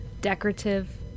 decorative